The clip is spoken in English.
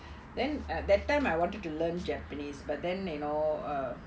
then that time I wanted to learn japanese but then you know uh